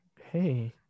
Hey